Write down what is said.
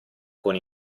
con